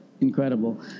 incredible